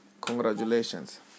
Congratulations